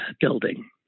building